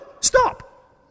Stop